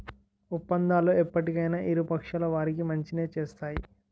ఒప్పందాలు ఎప్పటికైనా ఇరు పక్షాల వారికి మంచినే చేస్తాయి